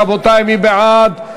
רבותי, מי בעד,